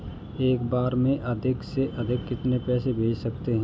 एक बार में अधिक से अधिक कितने पैसे भेज सकते हैं?